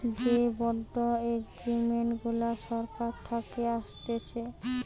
যে bond agreement গুলা সরকার থাকে আসতেছে